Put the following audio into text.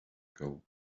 ago